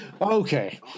Okay